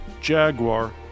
Jaguar